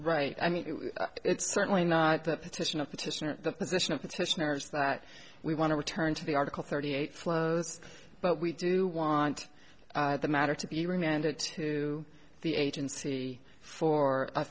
right i mean it's certainly not the petition of petition or the position of petitioners that we want to return to the article thirty eight flows but we do want the matter to be remanded to the agency for